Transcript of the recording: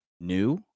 new